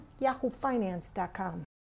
yahoofinance.com